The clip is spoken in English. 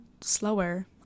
slower